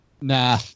Nah